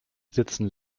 sitzen